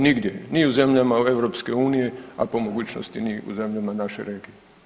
Nigdje, ni u zemljama EU, a po mogućnosti, ni u zemljama naše regije.